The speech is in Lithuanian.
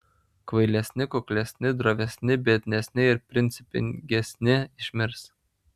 kvailesni kuklesni drovesni biednesni ir principingesni išmirs